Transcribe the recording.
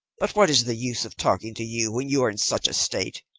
but what is the use of talking to you when you are in such a state?